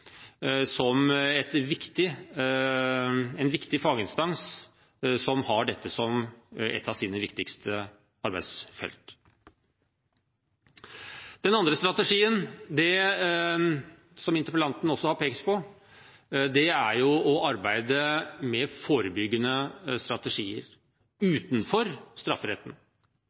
som en viktig faginstans som har dette som et av sine viktigste arbeidsfelt. Den andre strategien, som interpellanten også har pekt på, er å arbeide med forebyggende strategier utenfor strafferetten,